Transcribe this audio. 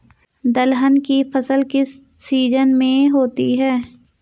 दलहन की फसल किस सीजन में होती है?